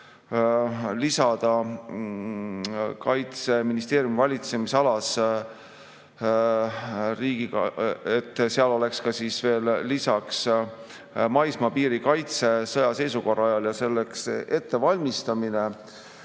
lisada Kaitseministeeriumi valitsemisalasse riigiga, et seal oleks ka veel lisaks maismaapiiri kaitse sõjaseisukorra ajal ja selleks ettevalmistamine.